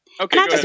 Okay